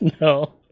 no